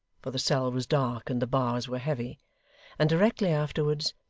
for the cell was dark and the bars were heavy and directly afterwards,